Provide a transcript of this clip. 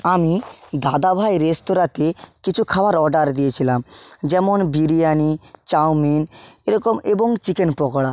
আমি দাদাভাই রেস্তোরাঁতে কিছু খাবার অর্ডার দিয়েছিলাম যেমন বিরিয়ানি চাউমিন এরকম এবং চিকেন পকোড়া